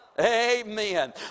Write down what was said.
Amen